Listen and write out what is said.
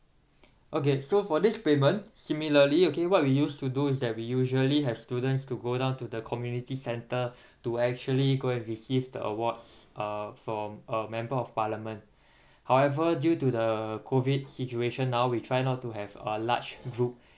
okay so for this payment similarly okay what we used to do is that we usually have students to go down to the community centre to actually go and receive the awards uh from uh member of parliament however due to the COVID situation now we try not to have uh large group